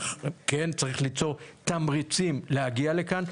כן, צריך ליצור תמריצים להגיע לכאן.